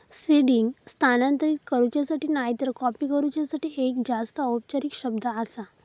seeding स्थानांतरित करूच्यासाठी नायतर कॉपी करूच्यासाठी एक जास्त औपचारिक शब्द आसा